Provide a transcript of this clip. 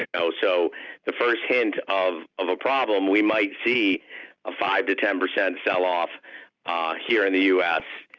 ah so the first hint of of a problem we might see a five to ten percent selloff here in the u s.